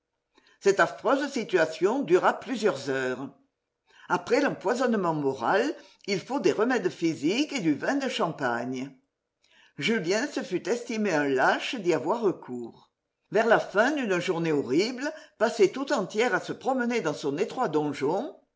cette affreuse situation dura plusieurs heures après l'empoisonnement moral il faut des remèdes physiques et du vin de champagne julien se fût estimé un lâche d'y avoir recours vers la fin d'une journée horrible passée tout entière à se promener dans son étroit donjon